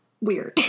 Weird